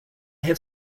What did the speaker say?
have